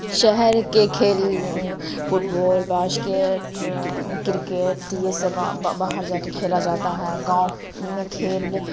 شہر کے کھیل فٹ بال باسکٹ کرکٹ یہ سب باہر جا کے کھیلا جاتا ہے گاؤں میں کھیل